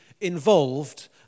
involved